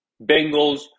Bengals